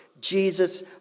Jesus